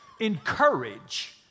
Encourage